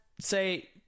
say